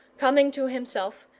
coming to himself,